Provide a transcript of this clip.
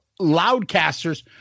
Loudcasters